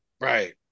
Right